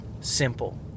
simple